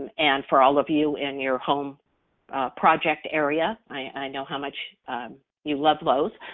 and for all of you and your home project area, i know how much you love lowe's.